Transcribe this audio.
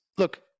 look